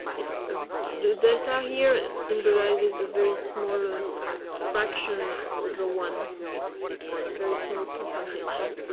it's a new data here. it symbolizes a very small ah fraction over one, it's, it's very small percentage